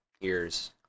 ears